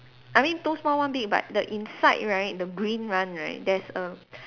I mean two small one big but the inside right the green one right there's a